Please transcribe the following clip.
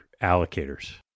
allocators